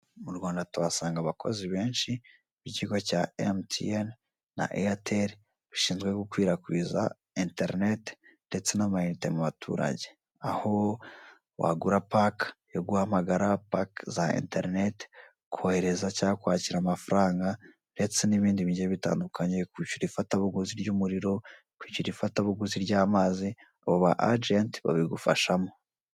Mu Rwanda tuhasanga abakozi benshi b'ikigo cya mutiyeni na eyateri bashinzwe gukwirakwiza enterineti ndetse n'amayinite mubaturage. Aho wagura paka yo guhamagara paka za interinet, kohereza cyangwa kwakira amafaranga ndetse n'ibindi bigiye bitandukanye, kwishyura ifatabuguzi ry'umuriro, kwishyuraifatabuguzi ry'amazi abo ba ajenti babigufashamo.